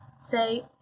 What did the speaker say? say